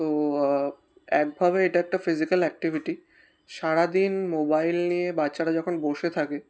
তো একভাবে এটা একটা ফিজিক্যাল অ্যাক্টিভিটি সারাদিন মোবাইল নিয়ে বাচ্চারা যখন বসে থাকে